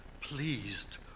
pleased